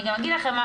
אני גם אגיד לכם,